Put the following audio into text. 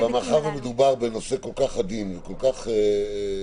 אבל מאחר שמדובר בנושא כל כך עדין וכל כך חשוב,